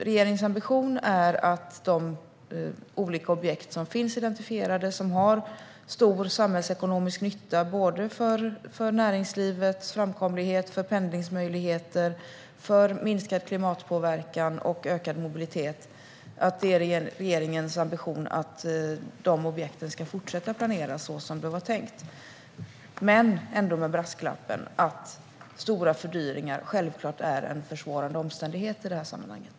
Regeringens ambition är att de olika identifierade objekt som har stor samhällsekonomisk nytta för näringslivets framkomlighet, för pendlingsmöjligheter, för minskad klimatpåverkan och för ökad mobilitet ska fortsätta att finnas med i planeringen. Men låt mig ändå framföra brasklappen att stora fördyringar självklart är en försvårande omständighet i sammanhanget.